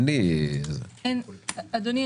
אדוני,